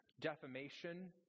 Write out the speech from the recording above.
defamation